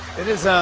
it is,